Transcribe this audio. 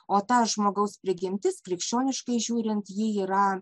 o ta žmogaus prigimtis krikščioniškai žiūrint ji yra